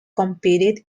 competed